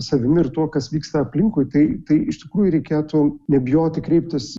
savimi ir tuo kas vyksta aplinkui tai tai iš tikrųjų reikėtų nebijoti kreiptis